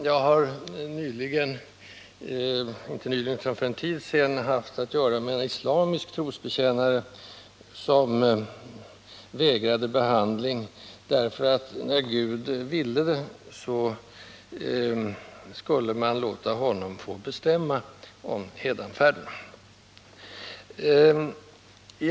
Jag hade för en tid sedan att göra med en islamisk trosbekännare som vägrade att behandlas därför att han ansåg att man skall låta Gud bestämma om ens hädanfärd.